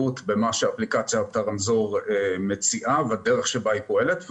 שאפליקציית הרמזור מציעה והדרך שבה היא פועלת,